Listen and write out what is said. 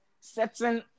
setting